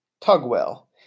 Tugwell